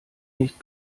nicht